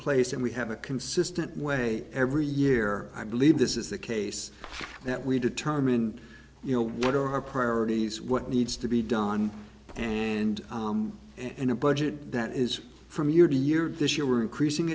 place and we have a consistent way every year i believe this is the case that we determine you know what are our priorities what needs to be done and in a budget that is from year to year this year we're increasing